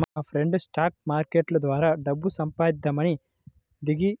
మాఫ్రెండు stock market ద్వారా డబ్బు సంపాదిద్దామని దిగి